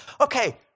Okay